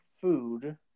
food